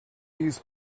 use